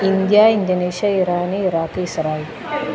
India Indonesia Iran Iraq Israel